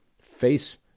face